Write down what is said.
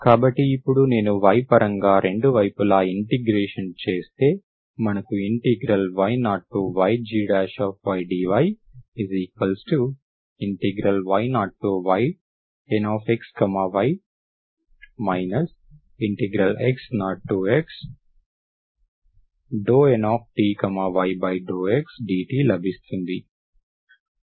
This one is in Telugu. కాబట్టి ఇప్పుడు నేను y పరంగా రెండు వైపులా ఇంటిగ్రేషన్ చేస్తే మనకు y0ygy dy y0yNxy x0x∂Nty∂x dt లభిస్తుంది